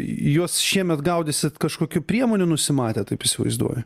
juos šiemet gaudysit kažkokių priemonių nusimatę taip įsivaizduoju